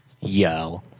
Yo